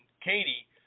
Katie